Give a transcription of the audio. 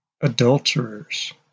adulterers